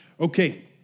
Okay